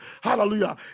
Hallelujah